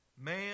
man